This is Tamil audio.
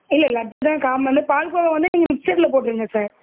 இல்லை லட்டு தான் காமன்னு பால்கோவா வந்து நீங்கள் மிச்சரில் போட்டுடுங்க சார்